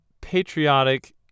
patriotic